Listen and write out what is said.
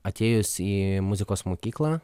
atėjus į muzikos mokyklą